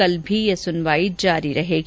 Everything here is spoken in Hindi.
कल भी सुनवाई जारी रहेगी